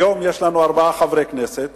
היום יש לנו ארבעה חברי כנסת,